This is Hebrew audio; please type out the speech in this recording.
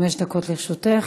חמש דקות לרשותך.